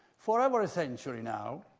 for over a century now,